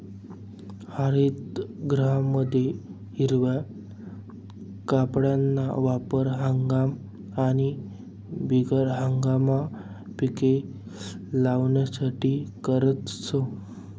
हरितगृहमा हिरवा कापडना वापर हंगाम आणि बिगर हंगाममा पिके लेवासाठे करतस